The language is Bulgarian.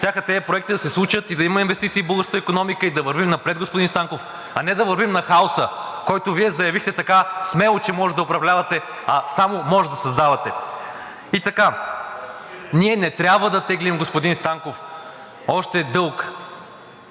щяха тези проекти да се случат, да има инвестиции в българската икономика и да вървим напред, господин Станков, а не да вървим към хаоса, който Вие заявихте така смело, че можете да управлявате, а само може да създавате. И така, ние не трябва да теглим, господин Станков, още дълг,